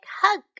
hug